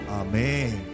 amen